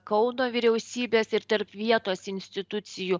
kauno vyriausybės ir tarp vietos institucijų